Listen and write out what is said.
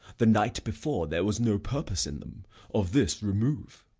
the night before there was no purpose in them of this remove.